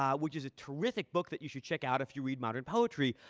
um which is a terrific book that you should check out if you read modern poetry,